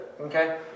Okay